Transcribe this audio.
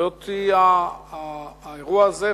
האירוע הזה,